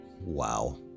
Wow